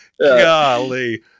Golly